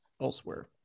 elsewhere